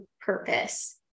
purpose